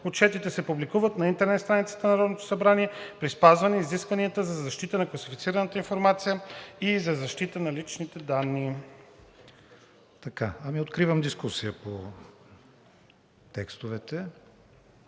Отчетите се публикуват на интернет страницата на Народното събрание при спазване изискванията за защита на класифицираната информация и за защита на личните данни.“